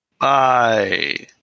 Bye